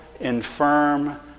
infirm